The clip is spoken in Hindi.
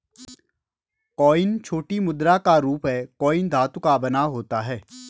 कॉइन छोटी मुद्रा का रूप है कॉइन धातु का बना होता है